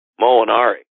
Molinari